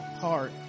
heart